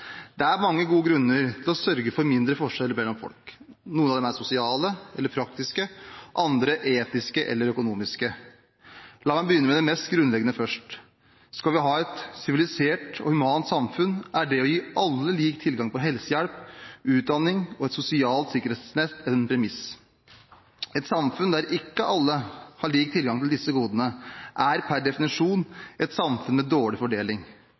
Det er mange gode grunner til å sørge for mindre forskjeller mellom folk. Noen av dem er sosiale eller praktiske, andre etiske eller økonomiske. La meg begynne med det mest grunnleggende. Skal vi ha et sivilisert og humant samfunn, er det å gi alle lik tilgang til helsehjelp, utdanning og et sosialt sikkerhetsnett en premiss. Et samfunn der ikke alle har lik tilgang til disse godene, er per definisjon et samfunn med dårlig fordeling.